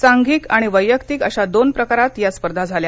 सांघिक आणि वैयक्तिक अशा दोन प्रकारात या स्पर्धा झाल्या